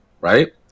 right